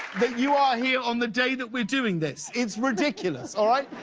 that you are here on the day that we're doing this. it is ridiculous, all right?